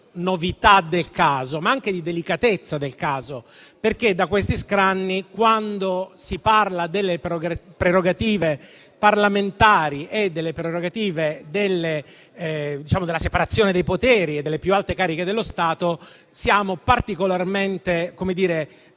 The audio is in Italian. novità, ma anche di delicatezza del caso; da questi scranni, quando si parla delle prerogative parlamentari e della separazione dei poteri delle più alte cariche dello Stato, siamo particolarmente